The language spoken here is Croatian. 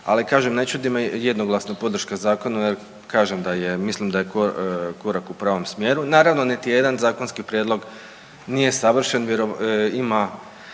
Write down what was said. Ali kažem, ne čudi me jednoglasna podrška zakona jer kažem da je, mislim da je korak u pravom smjeru. Naravno niti jedan zakonski prijedlog nije savršen, ima